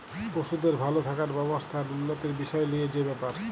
পশুদের ভাল থাকার ব্যবস্থা আর উল্যতির বিসয় লিয়ে যে ব্যাপার